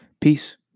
Peace